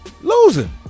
Losing